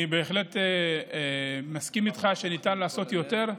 אני בהחלט מסכים איתך שניתן לעשות יותר,